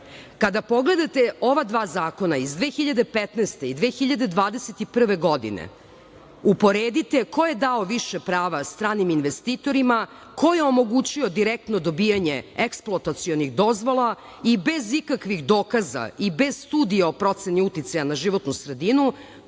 pogledate ova dva zakona, iz 2015. i 2021. godine, uporedite ko je dao više prava stranim investitorima, ko je omogućio direktno dobijanje eksploatacionih dozvola i bez ikakvih dokaza i bez studija o proceni uticaja na životnu sredinu,